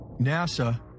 NASA